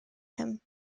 him